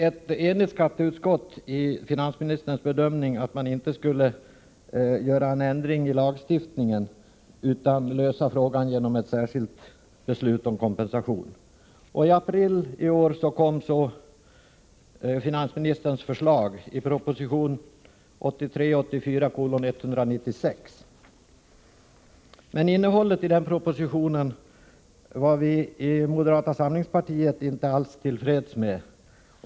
Ett enigt skatteutskott instämde i finansministerns bedömning, att man inte skulle göra någon ändring i lagstiftningen utan lösa frågan genom ett särskilt beslut om kompensation. I april i år kom så finansministerns förslag i proposition 1983/84:196. Innehållet i den propositionen var vi inom moderata samlingspartiet inte alls till freds med.